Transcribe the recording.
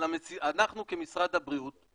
אנחנו כמשרד הבריאות,